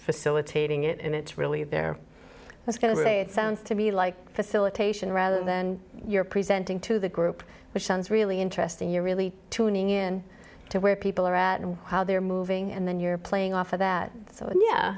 facilitating it and it's really they're just going to say it sounds to me like facilitation rather than you're presenting to the group which sounds really interesting you're really tuning in to where people are at and how they're moving and then you're playing off of that so yeah